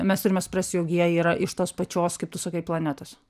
mes turime suprasti jog jie yra iš tos pačios kaip tu sakai planetos